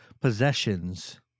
possessions